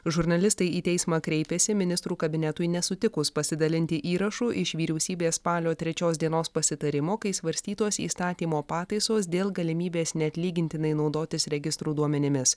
žurnalistai į teismą kreipėsi ministrų kabinetui nesutikus pasidalinti įrašu iš vyriausybės spalio trečios dienos pasitarimo kai svarstytos įstatymo pataisos dėl galimybės neatlygintinai naudotis registrų duomenimis